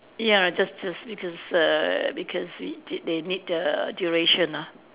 ya just just because err because we did they need the duration ah